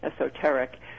esoteric